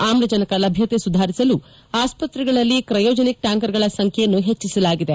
ಆಮ್ಲಜನಕ ಲಭ್ಯತೆ ಸುಧಾರಿಸಲು ಅಸ್ಪತ್ರೆಗಳಲ್ಲಿ ಕ್ರಯೋಜನಿಕ್ ಟ್ಯಾಂಕರ್ಗಳ ಸಂಖ್ಯೆನ್ನು ಹೆಚ್ಚಿಸಲಾಗಿದೆ